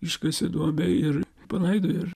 iškasė duobę ir palaidojo ir